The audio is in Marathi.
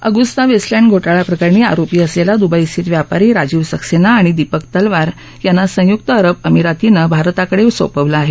अगुस्ता वेस्टलँड घोटाळा प्रकरणी आरोपी असलेला दुबईस्थित व्यापारी राजीव सक्सेना आणि दीपक तलवार यांना संयुक्त अरब अमिरातीनं भारताकडे सोपवलं आहे